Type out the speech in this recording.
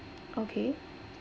okay